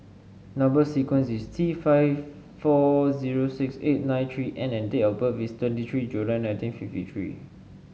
number sequence is T five four zero six eight nine three N and date of birth is twenty three July nineteen fifty three